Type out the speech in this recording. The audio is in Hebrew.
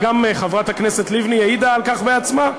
גם חברת הכנסת לבני העידה על כך בעצמה,